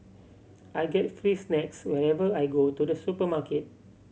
I get free snacks whenever I go to the supermarket